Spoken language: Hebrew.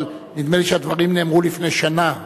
אבל נדמה לי שהדברים נאמרו לפני שנה.